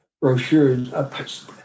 brochures